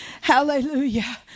Hallelujah